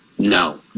No